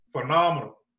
phenomenal